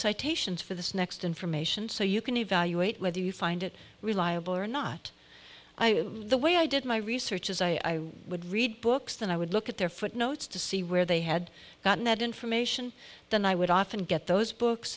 citations for this next information so you can evaluate whether you find it reliable or not the way i did my research is i would read books then i would look at their footnotes to see where they had gotten that information then i would often get those books